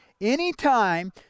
anytime